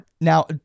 Now